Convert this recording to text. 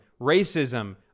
racism